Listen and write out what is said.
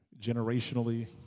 generationally